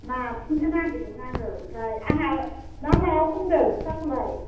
नाफिननोसो नागिरदों आङो आमफ्राय आंहा नोंहा मायाव हमदों फिथाखौलाय